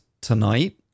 tonight